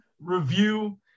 review